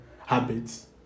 habits